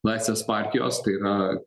laisvės partijos tai yra